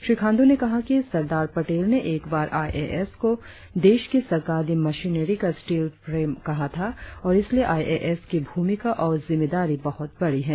श्री खाण्डू ने कहा कि सरदार पटेल ने एक बार आई ए एस को देश की सरकारी मशीनरी का स्टील फ्रेम कहा था और इसलिए आई ए एस की भूमिका और जिम्मेदारी बहुत बड़ी है